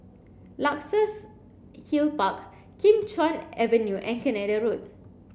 Luxus Hill Park Kim Chuan Avenue and Canada Road